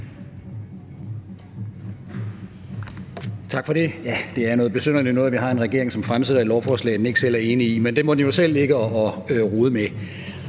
Tak for det. Ja, det er noget besynderligt noget, at vi har en regering, som fremlægger et lovforslag, den ikke selv er enig i, men det må den jo selv ligge og rode med.